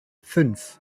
fünf